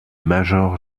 major